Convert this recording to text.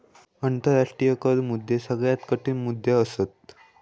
आंतराष्ट्रीय कर मुद्दे सगळ्यात कठीण मुद्दे असत